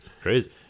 Crazy